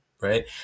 right